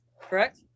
correct